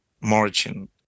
margin